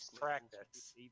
Practice